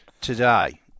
today